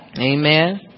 Amen